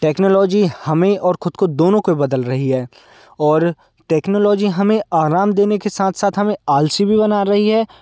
technology हमें और खुद को दोनों को बदल रही है और टेक्नोलॉजी हमें आराम देने के साथ साथ हमें आलसी भी बना रही है